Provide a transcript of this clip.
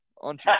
on